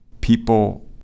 people